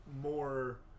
more